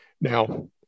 Now